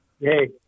Hey